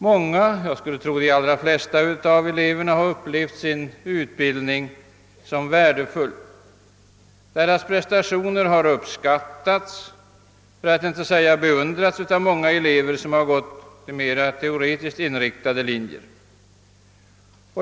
Många — jag skulle tro de flesta — av eleverna på dessa linjer upplever sin utbildning som värdefull. Deras prestationer har uppskattats, för att inte säga beundrats av många elever som gått på mer teoretiskt inriktade linjer.